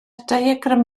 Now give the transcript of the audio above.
diagram